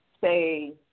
say